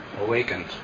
awakened